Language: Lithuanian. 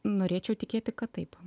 norėčiau tikėti kad taip